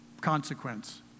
consequence